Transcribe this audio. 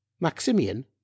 Maximian